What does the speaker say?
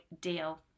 deal